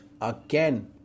again